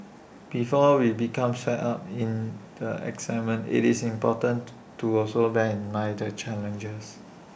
before we become swept up in the excitement it's important to also bear in mind the challenges